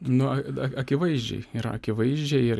nu akivaizdžiai yra akivaizdžiai ir